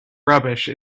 rubbish